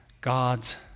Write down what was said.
God's